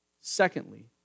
Secondly